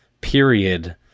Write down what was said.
period